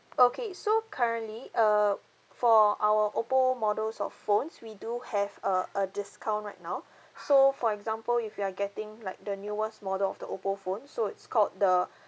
okay so currently err for our oppo models of phones we do have a a discount right now so for example if you are getting like the newest model of the oppo phone so it's called the